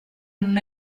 non